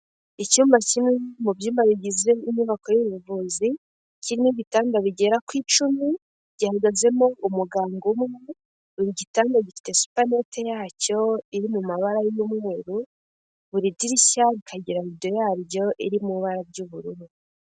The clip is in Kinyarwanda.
Icyumba kimwe mu byumba bigize inyubako y'ubuvuzi, kirimo ibitanda bigera ku icumu, gihagazemo umuganga umwe, buri gitanda gifite supernet yacyo iri mu mabara y'umweru, buri dirishya rikagira rido yaryo iri mu ibara ry'ubururu.